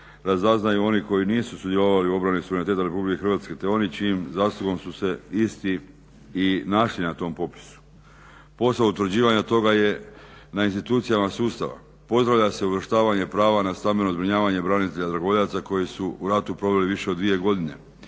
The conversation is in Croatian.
razaznaju oni koji nisu sudjelovali u obrani suvereniteta RH te oni čijom zaslugom su se isti i našli na tom popisu. Posao utvrđivanja toga je na institucijama sustava. Pozdravlja se uvrštavanje prava na stambeno zbrinjavanje branitelja dragovoljaca koji su u ratu proveli više od dvije godine